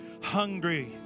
Hungry